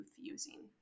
using